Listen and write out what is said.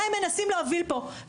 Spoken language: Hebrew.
מה הם מנסים להוביל פה,